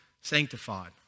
sanctified